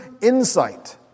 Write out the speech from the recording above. insight